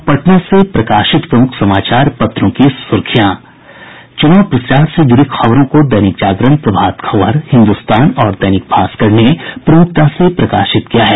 अब पटना से प्रकाशित प्रमुख समाचार पत्रों की सुर्खियां चुनाव प्रचार से जुड़ी खबरों को दैनिक जागरण प्रभात खबर हिन्दुस्तान और दैनिक भास्कर ने प्रमुखता से प्रकाशित किया है